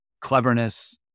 cleverness